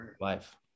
life